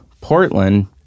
Portland